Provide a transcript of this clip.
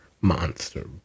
monster